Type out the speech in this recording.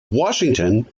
washington